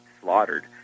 slaughtered